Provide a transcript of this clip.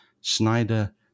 Schneider